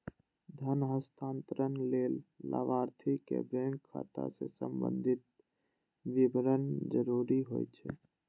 धन हस्तांतरण लेल लाभार्थीक बैंक खाता सं संबंधी विवरण जरूरी होइ छै